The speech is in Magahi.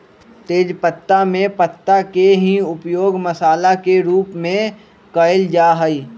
तेजपत्तवा में पत्ता के ही उपयोग मसाला के रूप में कइल जा हई